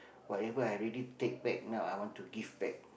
whatever I already take back now I want to give back